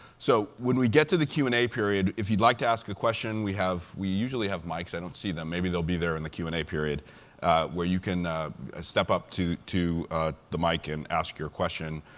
so when we get to the q and a period, if you'd like to ask a question, we have we usually have mics i don't see them. maybe they will be from in the q and a period where you can step up to to the mic and ask your question.